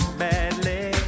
badly